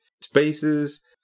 spaces